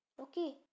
Okay